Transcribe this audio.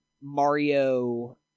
Mario